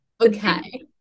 Okay